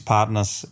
Partners